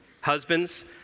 Husbands